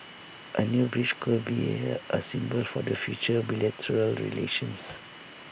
A new bridge good be A symbol for the future bilateral relations